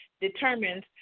determines